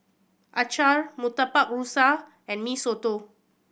acar Murtabak Rusa and Mee Soto